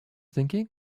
thinking